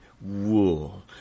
wool